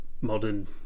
modern